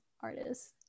artists